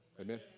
Amen